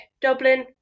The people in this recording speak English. Dublin